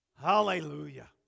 Hallelujah